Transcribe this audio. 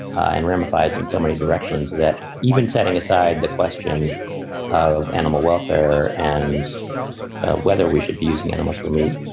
and ramify as in so many directions that even setting aside the question of animal welfare and whether we should be using animals for meat,